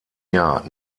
jahr